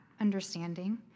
understanding